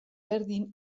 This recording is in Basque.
berdin